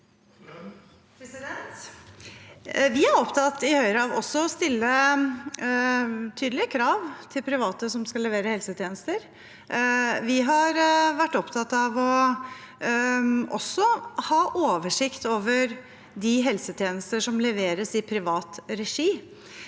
er opptatt av å stille tydelige krav til private som skal levere helsetjenester. Vi har også vært opptatt av å ha oversikt over de helsetjenestene som leveres i privat regi.